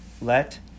Let